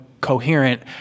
coherent